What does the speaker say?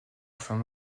afin